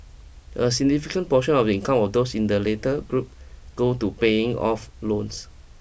a significant portion of the income of those in the later group go to paying off loans